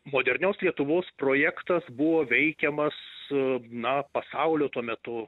modernios lietuvos projektas buvo veikiamas na pasaulio tuo metu